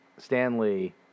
Stanley